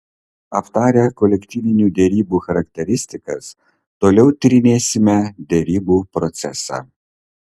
aptarę kolektyvinių derybų charakteristikas toliau tyrinėsime derybų procesą